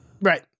Right